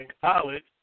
college